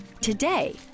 Today